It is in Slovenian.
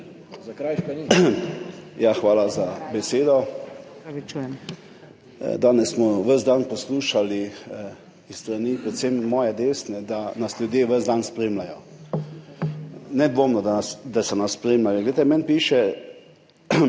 (PS SDS):** Danes smo ves dan poslušali s strani predvsem moje desne, da nas ljudje ves dan spremljajo. Nedvomno, da so nas spremljali. Poglejte, meni piše